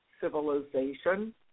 civilization